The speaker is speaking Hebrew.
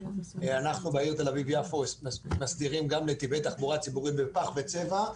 אנחנו בעיר תל אביב יפו מסדירים גם נתיבי תחבורה ציבורית בפח וצבע,